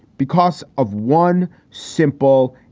because of one simple,